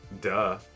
Duh